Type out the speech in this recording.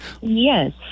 Yes